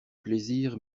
plaisir